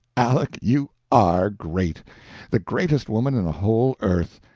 aleck, you are great the greatest woman in the whole earth!